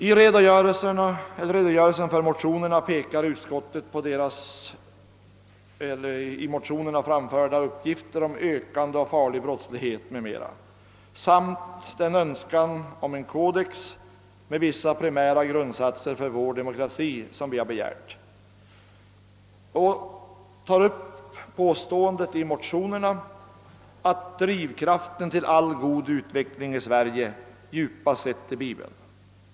I redogörelsen för motionerna pekar utskottet på där anförda uppgifter om ökad farlig brottslighet m.m. och på den codex med vissa primära grundsatser för vår demokrati som vi begär samt påståendet att drivkraften till all god utveckling i vårt land djupast sett är Bibeln.